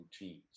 routines